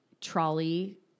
trolley